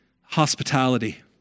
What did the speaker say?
hospitality